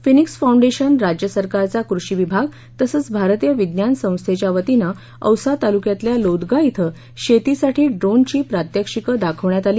Phoenix Foundation राज्य सरकारचा कृषी विभाग तसंच भारतीय विज्ञान संस्थेच्या वतीनं औसा तालुक्यातल्या लोदगा इथं शेतीसाठी ड्रोनची प्रात्यक्षिकं दाखवण्यात आली